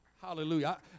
Hallelujah